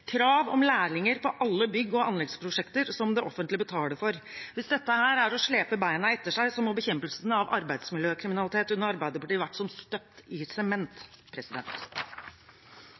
krav om lærlinger på alle bygge- og anleggsprosjekter som det offentlige betaler for. Hvis dette er å slepe bena etter seg, må bekjempelsen av arbeidslivskriminalitet under Arbeiderpartiet vært som støpt i sement.